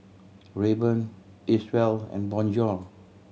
Rayban Acwell and Bonjour